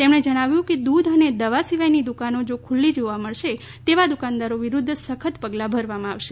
તેમણે જણાવ્યુ કે દૂધ અને દવા સિવાયની દુકાનો જો ખુલ્લી જોવા મળશે તો તેવા દુકાનદારો વિરુદ્ધ સખત પગલાં ભરવામાં આવશે